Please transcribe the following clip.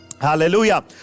hallelujah